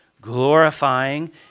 glorifying